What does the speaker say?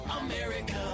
America